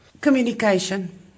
Communication